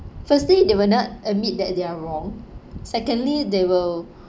firstly they will not admit that they are wrong secondly they will